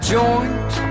joint